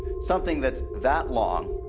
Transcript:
something that's that long,